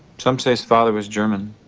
some say his father was german.